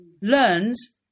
Learns